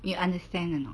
you understand or not